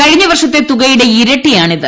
കഴിഞ്ഞവർഷത്തെ തുകയുടെ ഇരട്ടിയാണിത്